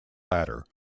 latter